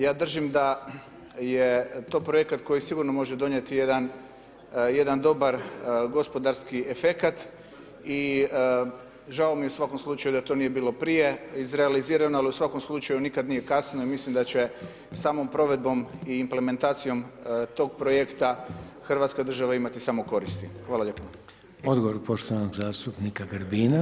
Ja držim da je to projekat koji sigurno može donijeti jedan dobar gospodarski efekat i žao mi je u svakom slučaju da to nije bilo prije izrealizirano, ali u svakom slučaju nikada nije kasno i mislim da će samom provedbom i implementacijom toga projekta hrvatska država imati samo koristi.